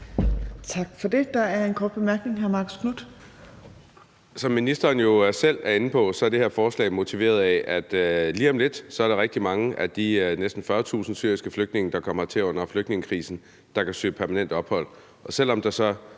Tak for det. Der er en kort bemærkning.